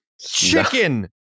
Chicken